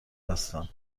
هستم